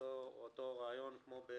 אותו רעיון כמו בשפרעם.